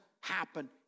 happen